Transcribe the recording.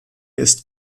ist